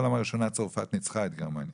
צרפת ניצחה את גרמניה.